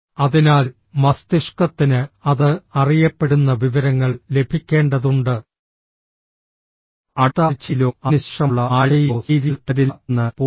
അതിനാൽ മസ്തിഷ്കത്തിന് അത് അറിയപ്പെടുന്ന വിവരങ്ങൾ ലഭിക്കേണ്ടതുണ്ട് അടുത്ത ആഴ്ചയിലോ അതിനു ശേഷമുള്ള ആഴ്ചയിലോ സീരിയൽ തുടരില്ല എന്ന് പൂർണ്ണമായി